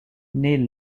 naît